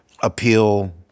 Appeal